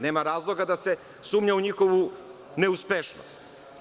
Nema razloga da se sumnja u njihovu neuspešnost.